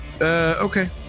Okay